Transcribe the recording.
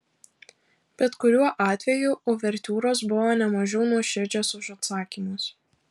bet kuriuo atveju uvertiūros buvo ne mažiau nuoširdžios už atsakymus